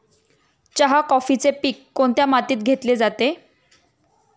चहा, कॉफीचे पीक कोणत्या मातीत घेतले जाते?